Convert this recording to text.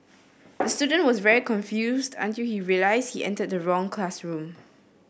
the student was very confused until he realised he entered the wrong classroom